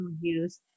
use